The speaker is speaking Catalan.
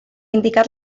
indicat